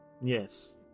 yes